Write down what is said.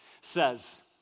says